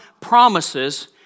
promises